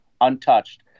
untouched